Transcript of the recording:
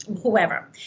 whoever